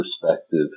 perspective